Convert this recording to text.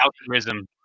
altruism